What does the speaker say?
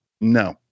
no